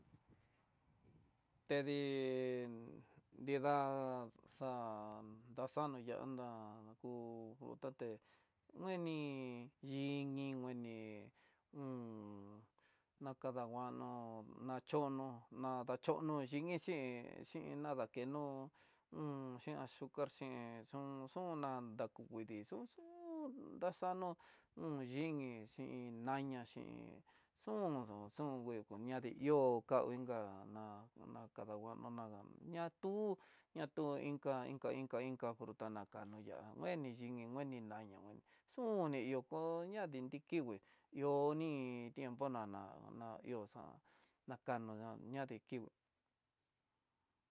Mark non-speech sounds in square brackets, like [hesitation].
Tedi nrida xa'á, daxa anda'á hu otate ngueni yini ngueni, un nakadanguano nachonó nachono dinji xhí xhin nadakenó [hesitation] xhin azucar xhín xun xuná dakuini xhin xuxu hu daxano un yin xhin naña xhin xu unuxun xun nguekoñadii ihó ka inka ná nakadanguanó na ña tú ña tú inka, inka, inka fruta na kayp ihá ngueni xhinki ngueni ya'na ngueni xao'o ni yoko ña diin ti kingui ihó iin tiempo nana na ihó xa nakano ña kí.